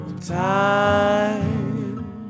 time